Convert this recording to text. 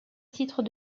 titre